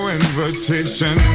invitation